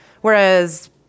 whereas